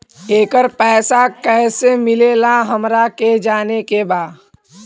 येकर पैसा कैसे मिलेला हमरा के जाने के बा?